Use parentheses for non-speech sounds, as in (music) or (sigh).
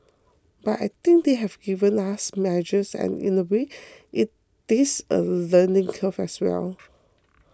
but I think they have given us measures and in a way (noise) it's a learning curve as well (noise)